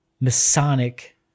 Masonic